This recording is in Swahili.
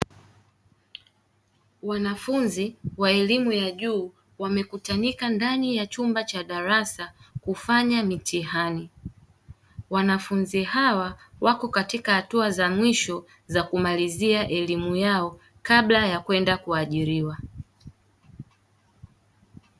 Wanafunzi wa elimu ya juu wamekutanika ndani ya chumba cha darasa kufanya mitihani, wanafunzi hawa wako katika hatua za mwisho za kumalizia elimu yao kabla ya kwenda kuajiriwa.